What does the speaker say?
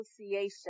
Association